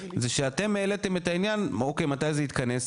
זה שאתם העליתם את העניין אוקי מתי זה יתכנס?